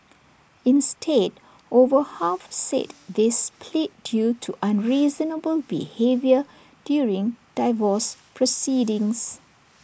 instead over half said they split due to unreasonable behaviour during divorce proceedings